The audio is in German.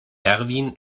erwin